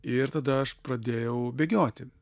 ir tada aš pradėjau bėgioti